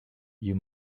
you